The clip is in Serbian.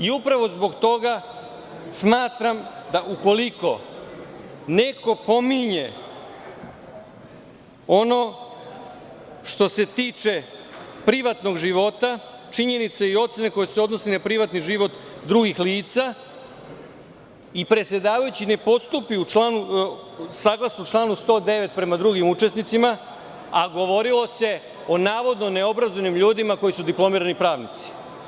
Upravo zbog toga smatram da ukoliko neko pominje ono što se tiče privatnog života, činjenica i ocene koje se odnose na privatni život drugih lica, i predsedavajući ne postupi saglasno članu 109. prema drugim učesnicima, a govorilo se o navodno neobrazovanim ljudima koji su diplomirani pravnici.